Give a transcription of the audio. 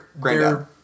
granddad